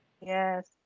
Yes